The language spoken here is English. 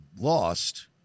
lost